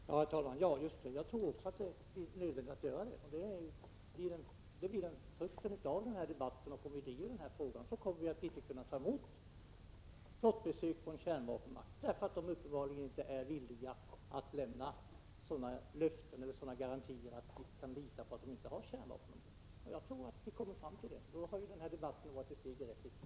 Herr talman! Också jag tror att det är nödvändigt att lägga fram ett sådant förslag som Sture Ericson talar om. Resultatet blir att vi inte kommer att ta emot flottbesök från kärnvapenmakter, eftersom de uppenbarligen inte är villiga att lämna sådana garantier att vi kan lita på att de inte har kärnvapen ombord på fartygen. Jag tror som sagt att det är detta vi kommer fram till, och då har ju debatten varit ett steg i rätt riktning.